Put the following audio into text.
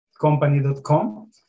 company.com